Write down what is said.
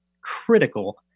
critical